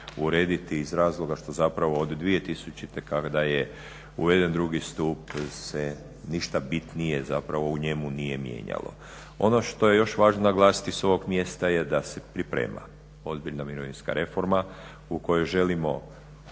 urediti iz razloga što zapravo od 2000. kada je uveden 2. stup se ništa bitnije zapravo u njemu nije mijenjalo. Ono što je još važno naglasiti s ovog mjesta, je da se priprema ozbiljna mirovinska reforma u kojoj želimo